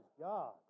God